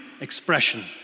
expression